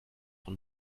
von